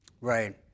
Right